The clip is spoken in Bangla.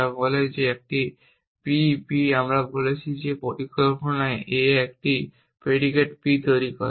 যা বলে যে একটি p b আমরা বলছি যে আমাদের পরিকল্পনায় a একটি predicate p তৈরি করে